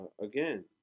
again